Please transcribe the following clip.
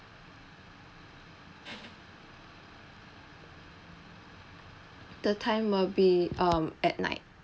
the time will be um at night